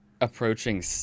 approaching